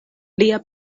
lia